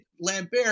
Lambert